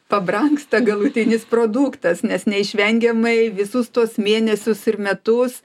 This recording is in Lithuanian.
pabrangsta galutinis produktas nes neišvengiamai visus tuos mėnesius ir metus